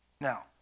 Now